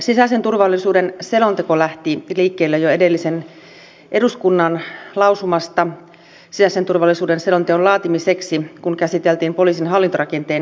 sisäisen turvallisuuden selonteko lähti liikkeelle jo edellisen eduskunnan lausumasta sisäisen turvallisuuden selonteon laatimiseksi kun käsiteltiin poliisin hallintorakenteen uudistusta